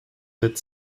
that